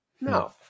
No